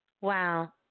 Wow